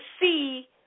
see